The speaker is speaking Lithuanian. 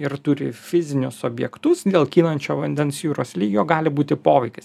ir turi fizinius objektus dėl kylančio vandens jūros lygio gali būti poveikis